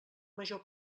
major